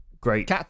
great